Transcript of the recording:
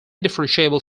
differentiable